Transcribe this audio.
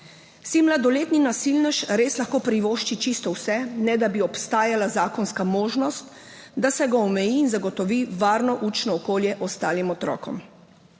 Si mladoletni nasilnež res lahko privošči čisto vse, ne da bi obstajala zakonska možnost, da se ga omeji in zagotovi varno učno okolje ostalim otrokom?